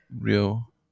real